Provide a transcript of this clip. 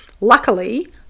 luckily